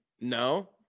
No